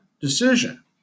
decision